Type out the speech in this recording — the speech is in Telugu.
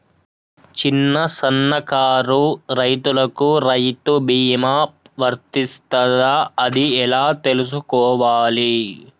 చిన్న సన్నకారు రైతులకు రైతు బీమా వర్తిస్తదా అది ఎలా తెలుసుకోవాలి?